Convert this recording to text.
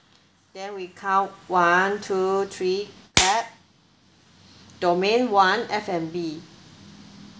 then we count one two three clap domain one F&B